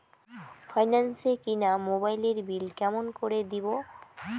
Finance এ কিনা মোবাইলের বিল কেমন করে দিবো?